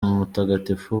mutagatifu